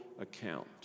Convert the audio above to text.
account